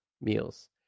meals